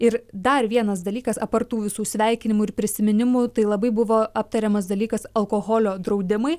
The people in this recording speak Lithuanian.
ir dar vienas dalykas apart tų visų sveikinimų ir prisiminimų tai labai buvo aptariamas dalykas alkoholio draudimai